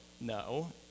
no